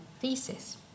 thesis